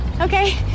Okay